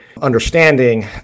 understanding